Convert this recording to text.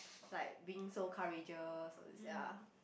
like being so courageous all this ya